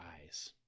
eyes